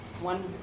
one